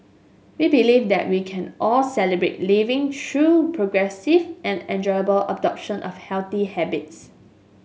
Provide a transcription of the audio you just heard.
we believe that we can all Celebrate Living through progressive and enjoyable adoption of healthy habits